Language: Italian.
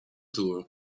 tour